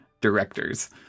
directors